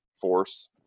force